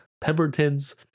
pemberton's